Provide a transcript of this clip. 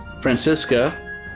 Francisca